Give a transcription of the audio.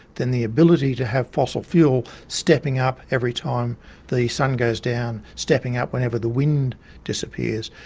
then the ability to have fossil fuel stepping up every time the sun goes down, stepping up whenever the wind disappears,